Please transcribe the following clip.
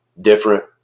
different